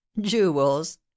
jewels